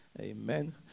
Amen